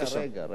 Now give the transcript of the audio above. הזמן שלי.